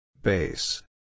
Base